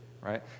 right